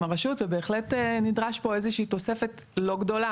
הרשות ובהחלט נדרש פה איזושהי תוספת לא גדולה,